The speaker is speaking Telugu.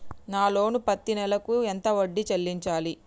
నా లోను పత్తి నెల కు ఎంత వడ్డీ చెల్లించాలి?